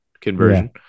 conversion